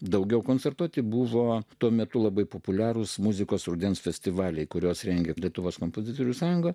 daugiau koncertuoti buvo tuo metu labai populiarūs muzikos rudens festivaliai kuriuos rengia lietuvos kompozitorių sąjunga